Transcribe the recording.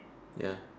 ya